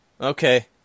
okay